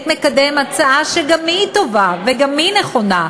מקדם הצעה שגם היא טובה וגם היא נכונה,